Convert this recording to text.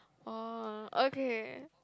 oh okay